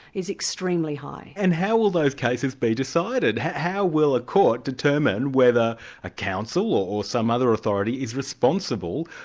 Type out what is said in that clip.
is extremely high. and how will those cases be decided? how will a court determine whether a council or some other authority, is responsible,